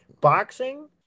Boxing